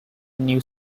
new